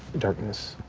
darkness,